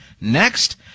next